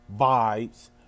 Vibes